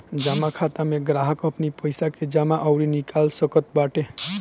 जमा खाता में ग्राहक अपनी पईसा के जमा अउरी निकाल सकत बाटे